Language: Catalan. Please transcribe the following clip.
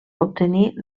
obtenir